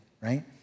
right